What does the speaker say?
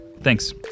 Thanks